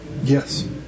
yes